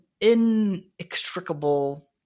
inextricable